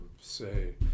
say